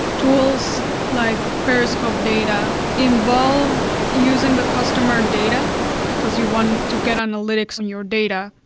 tools like periscope data involve using the customer data because you want to get analytics in your data.